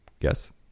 Yes